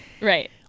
Right